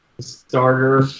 starter